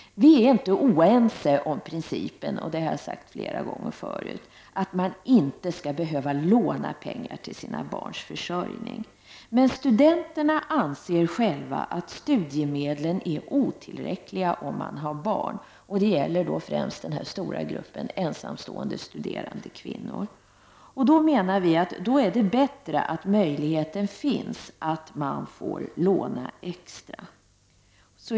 Vi är inte oense om principen, och det har jag sagt flera gånger förut, att man inte skall behöva låna pengar till sina barns försörjning, men studenterna anser själva att studiemedlen är otillräckliga om man har barn, och det gäller främst den stora gruppen ensamstående studerande kvinnor. Då menar vi att det är bättre att möjligheten finns att få låna extra.